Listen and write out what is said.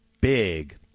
big